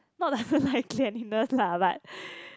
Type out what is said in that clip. not like I don't like cleanliness lah but